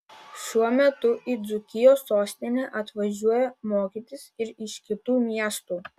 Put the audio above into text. šiuo metu į dzūkijos sostinę atvažiuoja mokytis ir iš kitų miestų